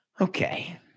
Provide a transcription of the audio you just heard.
Okay